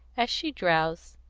as she drowsed,